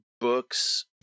books